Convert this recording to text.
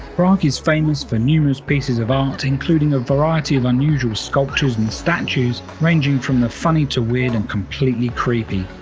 prague is famous for numerous pieces of ah including a variety of unusual sculptures and statues ranging from the funny to weird and completely creepy!